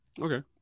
Okay